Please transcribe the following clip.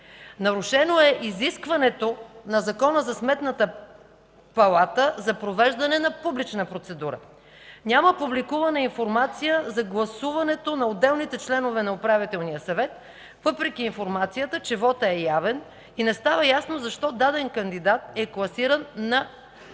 нарушено е изискването на Закона за Сметната палата за провеждане на публична процедура; няма публикувана информация за гласуването на отделните членове на Управителния съвет, въпреки информацията, че вотът е явен и не става ясно защо даден кандидат е класиран на